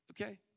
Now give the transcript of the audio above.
okay